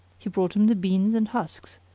he brought him the beans and husks,